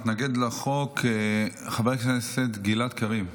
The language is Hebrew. מתנגד לחוק חבר הכנסת גלעד קריב.